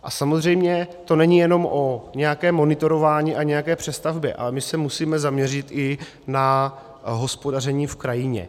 A samozřejmě to není jenom o nějakém monitorování a nějaké přestavbě, ale my se musíme zaměřit i na hospodaření v krajině.